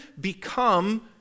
become